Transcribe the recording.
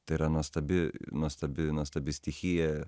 tai yra nuostabi nuostabi nuostabi stichija